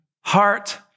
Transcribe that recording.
heart